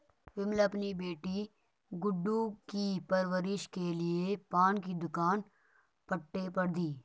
विमला अपनी बेटी गुड्डू की परवरिश के लिए पान की दुकान पट्टे पर दी